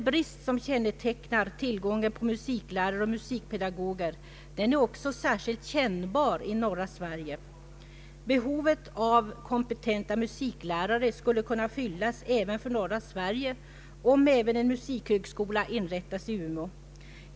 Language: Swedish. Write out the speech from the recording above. Bristen på musiklärare och musikpedagoger är också särskilt kännbar i norra Sverige. Behovet av kompetenta musiklärare skulle fyllas även för norra Sverige om en musikhögskola inrättades i Umeå.